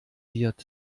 wird